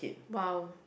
!wow!